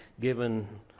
given